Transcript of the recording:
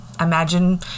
imagine